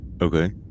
Okay